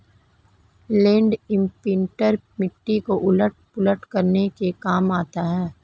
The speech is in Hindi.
लैण्ड इम्प्रिंटर मिट्टी को उलट पुलट करने के काम आता है